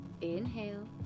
inhale